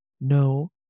No